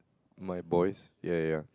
my boys ya ya